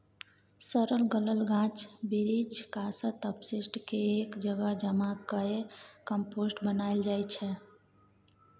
सरल गलल गाछ बिरीछ, कासत, अपशिष्ट केँ एक जगह जमा कए कंपोस्ट बनाएल जाइ छै